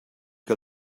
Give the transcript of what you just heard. que